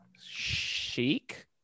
chic